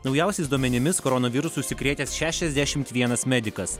naujausiais duomenimis koronavirusu užsikrėtęs šešiasdešimt vienas medikas